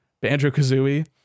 Banjo-Kazooie